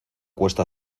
cuesta